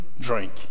drink